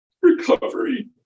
Recovery